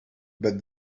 but